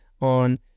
on